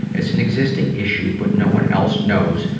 it's an existing issue, but no one else knows,